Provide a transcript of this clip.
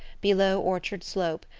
below orchard slope,